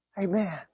Amen